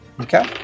Okay